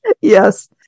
Yes